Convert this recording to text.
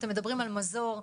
אתם מדברים על מזור,